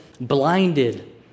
blinded